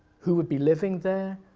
who would be living there,